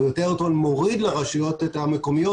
או יותר נכון מוריד לרשויות המקומיות,